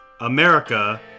America